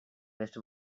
west